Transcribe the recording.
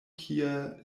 kie